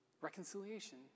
reconciliation